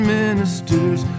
ministers